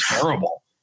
terrible